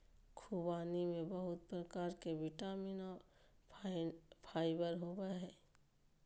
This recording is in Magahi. ख़ुबानी में बहुत प्रकार के विटामिन और फाइबर होबय हइ